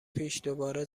پیش، دوباره